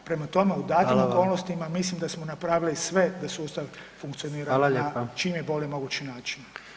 Prema tome, u datim okolnostima [[Upadica: Hvala vam]] mislim da smo napravili sve da sustav funkcionira [[Upadica: Hvala lijepa]] na čim je bolji mogući način.